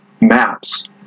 maps